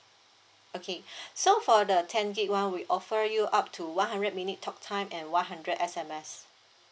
okay so for the ten G_B [one] we offer you up to one hundred minute talk time and one hundred S_M_S